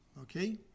okay